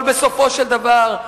אבל בסופו של דבר,